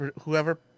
whoever